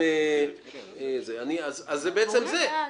זה בעצם זה.